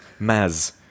Maz